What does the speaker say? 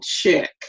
check